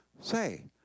Say